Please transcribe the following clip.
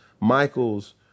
Michael's